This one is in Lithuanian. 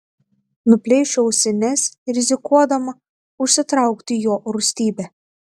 nuplėšiu ausines rizikuodama užsitraukti jo rūstybę